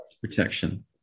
protection